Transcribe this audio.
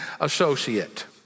associate